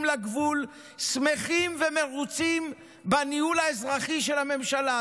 לגבול שמחים ומרוצים מהניהול האזרחי של הממשלה.